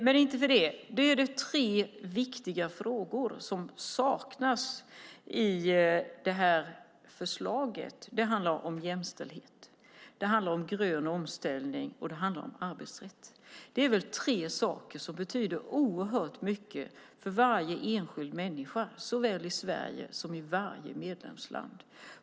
Det är tre viktiga frågor som saknas i förslaget. Det handlar om jämställdhet, grön omställning och arbetsrätt. Det är tre saker som betyder oerhört mycket för varje enskild människa såväl i Sverige som i varje medlemsland.